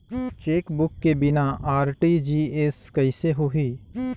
Chequebook के बिना RTGS कइसे होही?